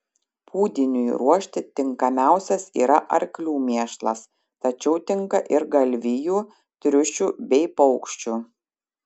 pūdiniui ruošti tinkamiausias yra arklių mėšlas tačiau tinka ir galvijų triušių bei paukščių